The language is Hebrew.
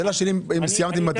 השאלה שלי מתי סיימתם עם התיק.